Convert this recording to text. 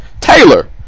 Taylor